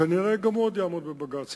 כנראה גם הוא עוד יעמוד בבג"ץ.